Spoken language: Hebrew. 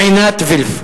עינת וילף.